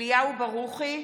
נוכח אליהו ברוכי,